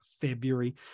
February